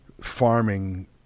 farming –